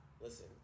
Listen